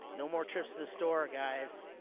no more trips to the store guys.